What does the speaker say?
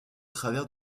travers